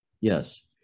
Yes